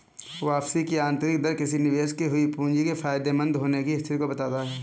वापसी की आंतरिक दर किसी निवेश की हुई पूंजी के फायदेमंद होने की स्थिति को बताता है